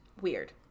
weird